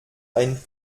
ein